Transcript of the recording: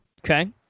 Okay